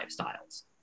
lifestyles